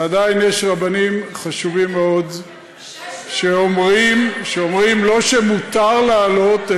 ועדיין יש רבנים חשובים מאוד שאומרים לא שמותר לעלות,